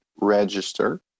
register